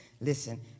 Listen